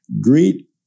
Greet